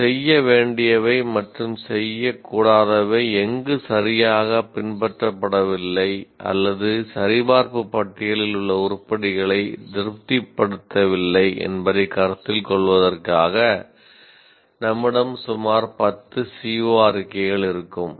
சில செய்ய வேண்டியவை மற்றும் செய்யக்கூடாதவை எங்கு சரியாகப் பின்பற்றப்படவில்லை அல்லது சரிபார்ப்பு பட்டியலில் உள்ள உருப்படிகளை திருப்திப்படுத்தவில்லை என்பதைக் கருத்தில் கொள்வதற்காக நம்மிடம் சுமார் 10 CO அறிக்கைகள் இருக்கும்